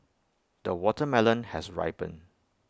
the watermelon has ripened